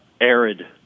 arid